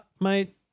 mate